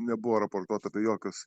nebuvo raportuota apie jokius